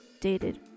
dated